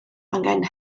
angen